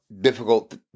Difficult